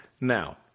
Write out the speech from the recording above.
Now